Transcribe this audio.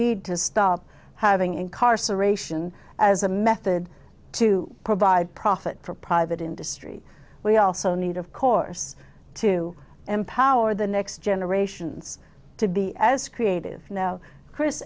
to stop having incarceration as a method to provide profit for private industry we also need of course to empower the next generations to be as creative now chris